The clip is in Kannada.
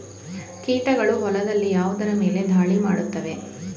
ಕೀಟಗಳು ಹೊಲದಲ್ಲಿ ಯಾವುದರ ಮೇಲೆ ಧಾಳಿ ಮಾಡುತ್ತವೆ?